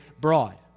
broad